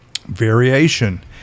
variation